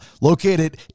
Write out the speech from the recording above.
located